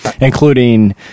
Including